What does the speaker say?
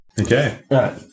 Okay